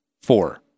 four